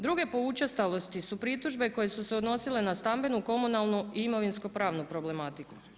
Druge po učestalosti su pritužbe koje su se odnosile na stambenu, komunalnu i imovinsko pravnu problematiku.